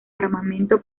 armamento